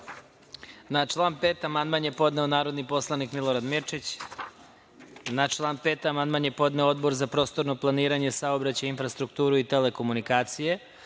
član 5. amandman je podneo narodni poslanik Milorad Mirčić. Na član 5. amandman je podneo Odbor za prostorno planiranje, saobraćaj, infrastrukturu i telekomunikacije. Predlagač